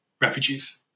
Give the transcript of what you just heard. refugees